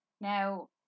now